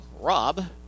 Rob